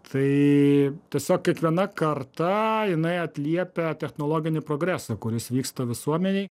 tai tiesiog kiekviena karta jinai atliepia technologinį progresą kuris vyksta visuomenėj